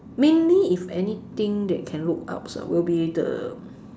mainly if anything that can look up lah will be the